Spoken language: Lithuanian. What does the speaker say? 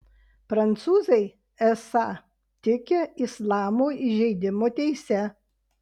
prancūzai esą tiki islamo įžeidimo teise